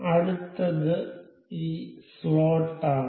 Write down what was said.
അടുത്തത് ഈ സ്ലോട്ടാണ്